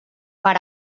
per